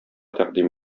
тәкъдим